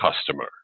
customer